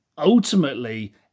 Ultimately